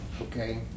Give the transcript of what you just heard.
okay